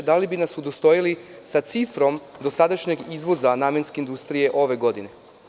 da li bi nas udostojili sa cifrom dosadašnjeg izvoza namenske industrije ove godine?